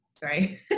Sorry